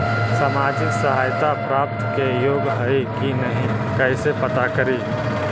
सामाजिक सहायता प्राप्त के योग्य हई कि नहीं कैसे पता करी?